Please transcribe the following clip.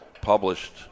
published